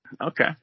Okay